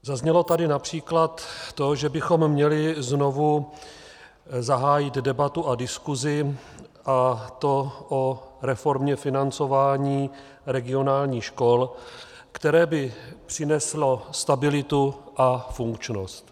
Zaznělo tady například to, že bychom měli znovu zahájit debatu a diskusi, a to o reformě financování regionálních škol, které by přineslo stabilitu a funkčnost.